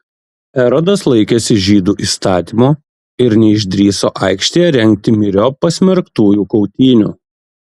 erodas laikėsi žydų įstatymo ir neišdrįso aikštėje rengti myriop pasmerktųjų kautynių